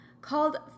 called